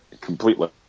completely